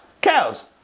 Cows